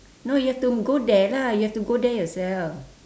no you have to go there lah you have to go there yourself